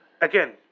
again